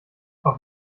auf